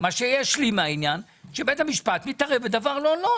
היא שבית המשפט מתערב בדבר לא לו.